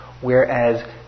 Whereas